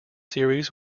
series